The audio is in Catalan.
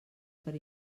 per